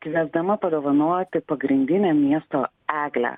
kviesdama padovanoti pagrindinę miesto eglę